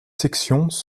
sections